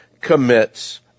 commits